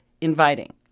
inviting